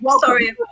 Sorry